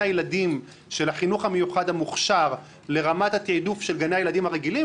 הילדים של החינוך המיוחד המוכש"ר לרמת התעדוף של גני הילדים הרגילים,